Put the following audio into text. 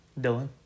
Dylan